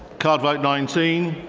card vote nineteen.